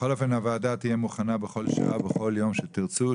בכל אופן הוועדה תהיה מוכנה בכל שעה ובכל יום שתרצו,